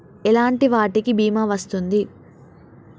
ఎలాంటి వాటికి బీమా వస్తుంది?